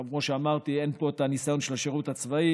גם כמו שאמרתי שאין פה את הניסיון של השירות הצבאי.